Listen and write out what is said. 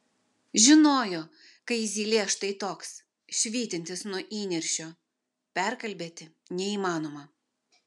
žinojo kai zylė štai toks švytintis nuo įniršio perkalbėti neįmanoma